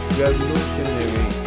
revolutionary